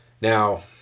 Now